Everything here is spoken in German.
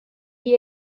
die